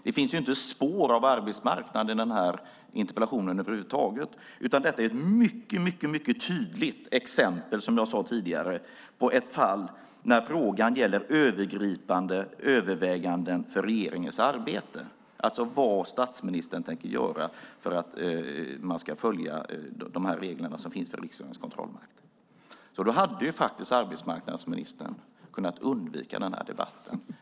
Det finns inte ett spår av arbetsmarknad i den här interpellationen över huvud taget, utan som jag sade tidigare är detta är ett mycket tydligt exempel på ett fall där frågan gäller övergripande överväganden för regeringens arbete. Det handlar alltså om vad statsministern tänker göra för att man ska följa de regler som finns för riksdagens kontrollmakt. Arbetsmarknadsministern hade kunnat undvika den här debatten.